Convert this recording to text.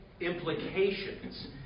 implications